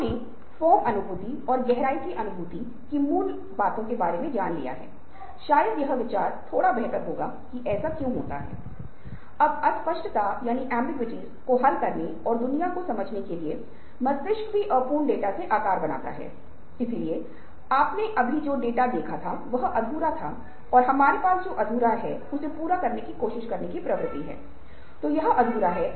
हमें सामाजिक व्यवस्था में सामाजिक मानदंडों की पुष्टि करने के लिए कहा जाता है और शिक्षा प्रणाली में हमें परीक्षा में तार्किक रूप से अंक लाने के लिए उत्तर लिखने के लिए कहा जाता है